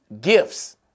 gifts